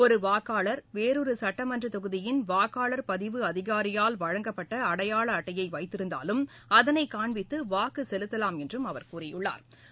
ஒரு வாக்காளர் வேறொரு சுட்டமன்ற தொகுதியின் வாக்காளர் பதிவு அதிகாரியால் வழங்கப்பட்ட அடையாள அட்டையை வைத்திருந்தாலும் அதனை காண்பித்து வாக்கு செலுத்தலாம் என்றும் அவா கூறியுள்ளா்